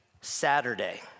Saturday